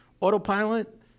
autopilot